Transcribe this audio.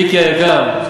מיקי, מיקי היקר,